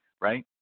right